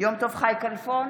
יום טוב חי כלפון,